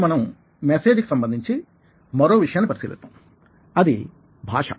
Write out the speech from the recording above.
ఇప్పుడు మనం మెసేజ్ కి సంబంధించి మరో విషయాన్ని పరిశీలిద్దాం అది భాష